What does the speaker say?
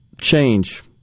change